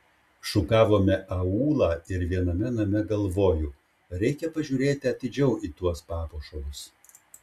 šukavome aūlą ir viename name galvoju reikia pažiūrėti atidžiau į tuos papuošalus